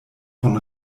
von